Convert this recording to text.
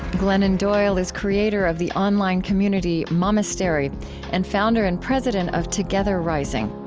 glennon doyle is creator of the online community momastery and founder and president of together rising,